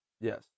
Yes